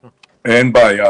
בקצרה.